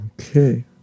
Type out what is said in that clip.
Okay